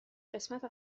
قسمت